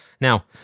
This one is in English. Now